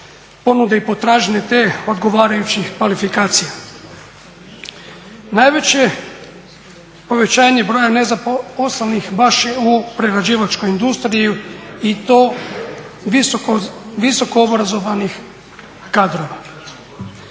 ponuda i potražnja te odgovarajućih kvalifikacija. Najveće povećanje broja nezaposlenih baš je u prerađivačkoj industriji i to visoko obrazovanih kadrova.